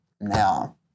now